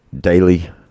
daily